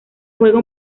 juega